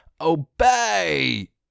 obey